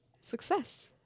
success